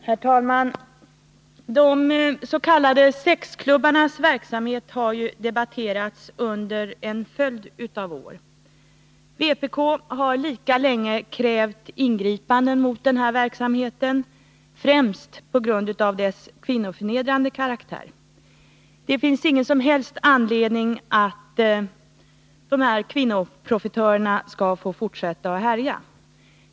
Herr talman! De s.k. sexklubbarnas verksamhet har debatterats under en följd av år. Vpk har lika länge krävt ingripanden mot denna verksamhet, främst på grund av dess kvinnoförnedrande karaktär. Det finns ingen som helst anledning att kvinnoprofitörerna skall få fortsätta att härja.